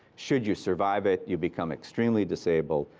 should you survive it, you become extremely disabled.